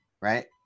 Right